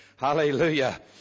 Hallelujah